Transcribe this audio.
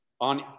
on